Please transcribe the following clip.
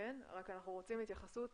אבל אנחנו רוצים התייחסות